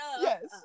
Yes